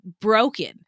broken